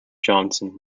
johnson